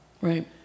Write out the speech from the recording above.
right